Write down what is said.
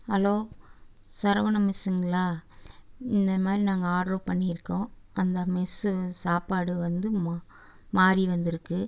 hello Saravana மெஸ்ஸுங்களா இந்த மாதிரி நாங்கள் ஆர்டரு பண்ணியிருக்கோம் அந்த மெஸ்ஸு சாப்பாடு வந்து மா மாறி வந்திருக்கு